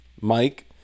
Mike